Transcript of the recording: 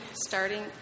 starting